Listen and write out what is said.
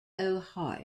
ohio